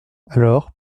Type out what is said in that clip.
alors